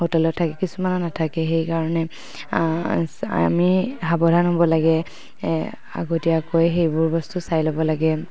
হোটেলত থাকে কিছুমানৰ নাথাকে সেইকাৰণে আমি সাৱধান হ'ব লাগে আগতীয়াকৈ সেইবোৰ বস্তু চাই ল'ব লাগে